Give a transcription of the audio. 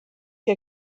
que